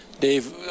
Dave